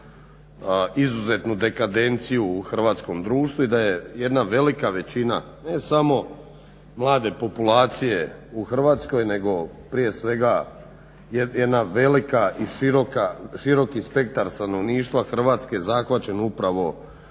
izuzetnu dekadenciju u hrvatskom društvu i da je jedna velika većina ne samo mlade populacije u Hrvatskoj nego prije svega jedan veliki i široki spektar stanovništva Hrvatske zahvaćen upravo